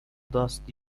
dusty